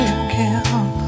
again